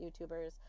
youtubers